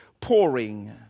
pouring